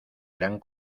gran